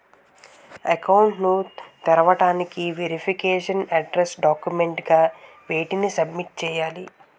Account ను తెరవటానికి verification address documents గా వేటిని సబ్మిట్ చేయాలి?